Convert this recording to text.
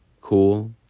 cool